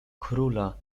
króla